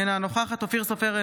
אינה נוכחת אופיר סופר,